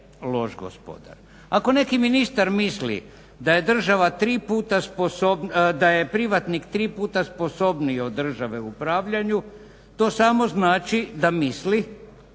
Ako neki ministar misli da je privatnik tri puta sposobniji od države u upravljanju to samo znači da misli